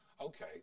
Okay